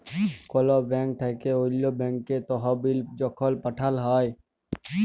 call bank থ্যাইকে অল্য ব্যাংকে তহবিল যখল পাঠাল হ্যয়